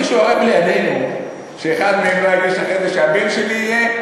מישהו ערב לנו שאחד מהם לא יגיד אחרי זה: שהבן שלי יהיה,